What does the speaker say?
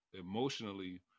emotionally